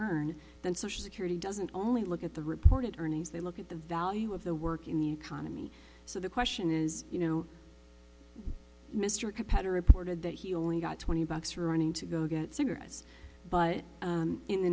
earn then social security doesn't only look at the reported earnings they look at the value of the work in the economy so the question is you know mr competitor reported that he only got twenty bucks for running to go get cigarettes but in the